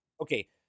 Okay